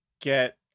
get